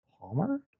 Palmer